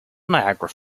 niagara